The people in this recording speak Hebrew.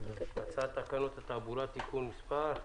היום, 24 בפברואר 2021,